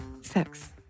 sex